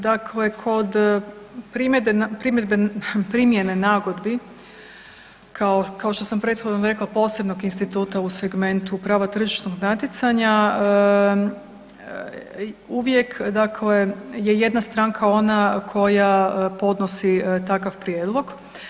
Dakle, kod primjedbe, primjene nagodbi kao što sam prethodno rekla posebnog instituta u segmentu prava tržišnog natjecanja uvijek je dakle jedna stranka ona koja podnosi takav prijedlog.